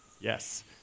Yes